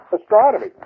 astronomy